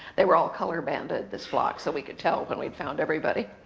they were all color-banded, this flock, so we could tell when we found everybody.